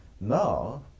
Now